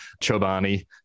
Chobani